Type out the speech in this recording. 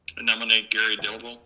nominate gary delveaux.